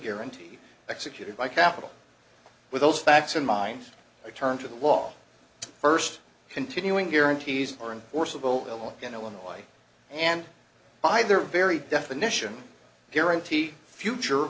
guarantee executed by capital with those facts in mind i turn to the law first continuing guarantees are in or civil in illinois and by their very definition guarantee future